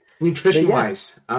Nutrition-wise